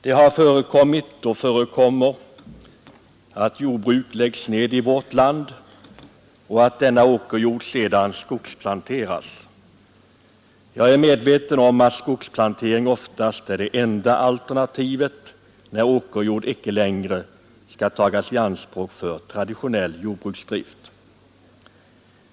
Det har förekommit och förekommer att jordbruk läggs ned i vårt land och att denna åkerjord sedan planteras med skog. Jag är medveten om att skogsplantering oftast är det enda alternativet när åkerjord icke längre skall tas i anspråk för traditionell jordbruksdrift.